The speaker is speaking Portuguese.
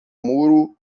muro